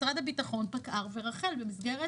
משרד הביטחון פקע"ר ורח"ל במסגרת